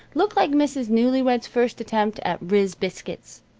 look like mrs. newlywed's first attempt at riz biscuits.